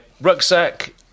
rucksack